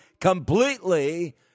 completely